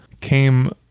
came